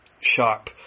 sharp